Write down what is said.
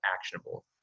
actionable